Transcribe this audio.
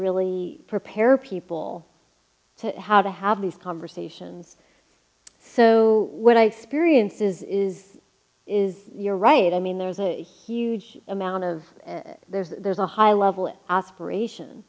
really prepare people how to have these conversations so what i experience is is you're right i mean there's a huge amount of there's there's a high level aspiration